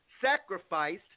sacrificed